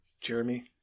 Jeremy